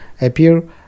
Appear